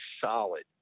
solid